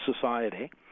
society